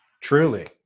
Truly